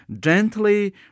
Gently